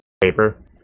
...paper